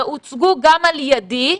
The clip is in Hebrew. והוצגו גם על ידי,